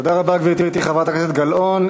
תודה רבה, גברתי חברת הכנסת גלאון.